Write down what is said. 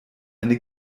eine